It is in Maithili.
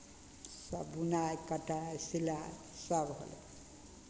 सभ बुनाइ कटाइ सिलाइसभ होलै